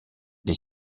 les